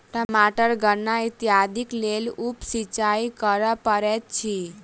टमाटर गन्ना इत्यादिक लेल उप सिचाई करअ पड़ैत अछि